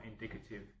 indicative